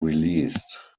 released